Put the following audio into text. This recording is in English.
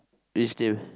which team